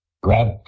grab